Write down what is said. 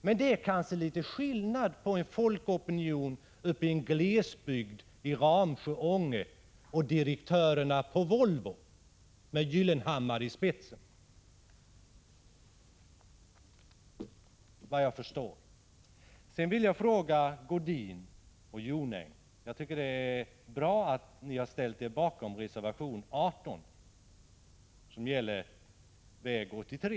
Men det är kanske viss skillnad på en folkopinion uppe i en glesbygd, i Ramsjö och Ånge, och direktörerna på Volvo, med Gyllenhammar i spetsen. Det är bra att Gunnel Jonäng och Sigge Godin har ställt sig bakom reservation 18, som gäller väg 83.